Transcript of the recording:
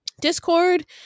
discord